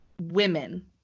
women